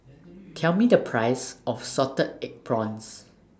Tell Me The Price of Salted Egg Prawns